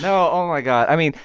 oh, my god. i mean,